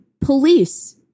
police